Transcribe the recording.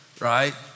right